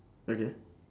okay